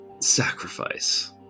sacrifice